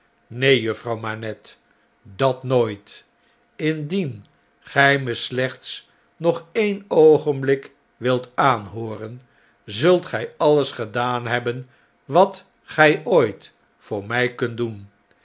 neen juffrouw manette dat nooit indien gij me slechts nog een oogenblik wilt aanhooren zult gij alles gedaan hebben wat gij ooit voor mn kunt doen